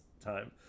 time